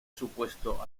supuesto